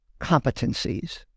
competencies